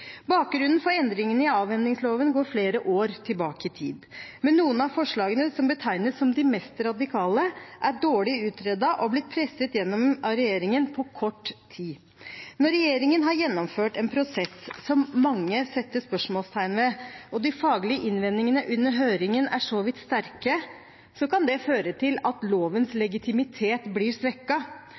Bakgrunnen for endringene i avhendingsloven går flere år tilbake i tid. Men noen av forslagene som betegnes som de mest radikale, er dårlig utredet og har blitt presset igjennom av regjeringen på kort tid. Når regjeringen har gjennomført en prosess som mange setter spørsmålstegn ved, og de faglige innvendingene under høringen er så vidt sterke, kan det føre til at lovens legitimitet blir